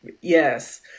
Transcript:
Yes